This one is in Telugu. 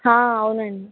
అవునండి